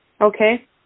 Okay